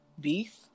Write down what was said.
beef